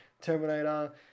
Terminator